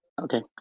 Okay